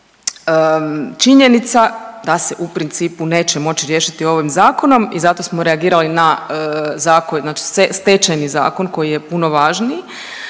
činjenica da se u principu neće moći riješiti ovim zakonom i zato smo reagirali na Stečajni zakon koji je puno važniji.